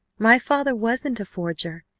my father wasn't a forger!